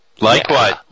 Likewise